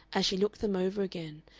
as she looked them over again,